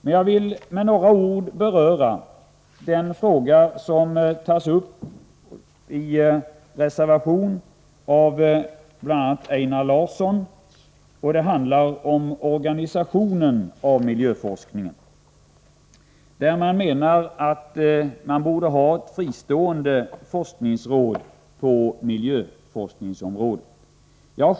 Men jag vill med några ord beröra den fråga som tas uppi en reservation av bl.a. Einar Larsson; den handlar om organisationen av miljöforskningen. Reservanterna menar att man borde ha ett fristående forskningsråd på miljöforskningsområdet.